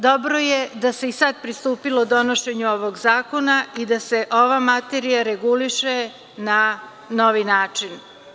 Dobro je da se i sad pristupilo donošenju ovog zakona i da se ova materija reguliše na novi način.